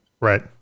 Right